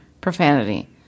profanity